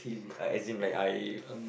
I as in like I